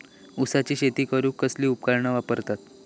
ऊसाची शेती करूक कसली उपकरणा वापरतत?